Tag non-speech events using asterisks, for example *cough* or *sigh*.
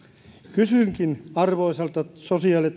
kysynkin arvoisalta sosiaali ja *unintelligible*